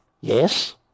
yes